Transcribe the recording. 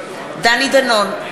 נגד דני דנון,